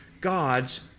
God's